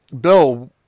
bill